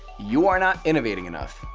you are not innovating enough.